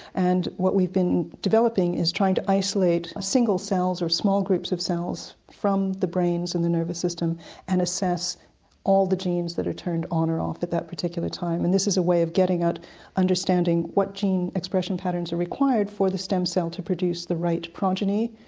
and what we've been developing is trying to isolate are single cells, or small groups of cells, from the brains and the nervous system and assess all the genes that are turned on or off at that particular time, and this is a way of getting at understanding what gene expression patterns are required for the stem cell to produce the right progeny,